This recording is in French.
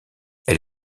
elle